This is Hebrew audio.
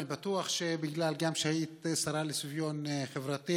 אני בטוח שבגלל שגם היית השרה לשוויון חברתי